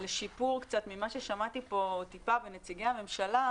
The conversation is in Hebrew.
לשיפור קצת ממה ששמעתי פה מנציגי הממשלה